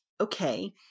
okay